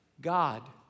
God